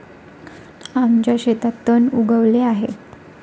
आमच्या शेतात तण उगवले आहे